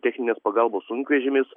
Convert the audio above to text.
techninės pagalbos sunkvežimis